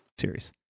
Series